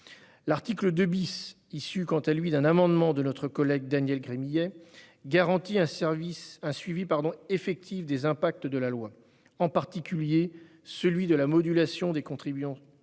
L'article 2 , issu quant à lui d'un amendement de notre collègue Daniel Gremillet, garantit un suivi effectif des impacts de la loi, en particulier celui de la modulation des contributions financières